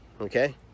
Okay